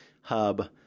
hub